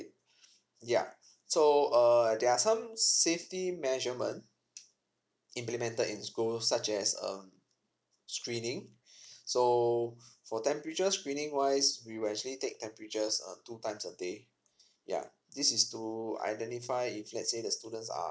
yea so uh there are some safety measurement implemented in school such as um screening so for temperature screening wise we will actually take temperatures uh two times a day yeah this is to identify if let's say the students